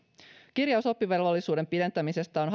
kirjaus oppivelvollisuuden pidentämisestä on